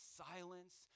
silence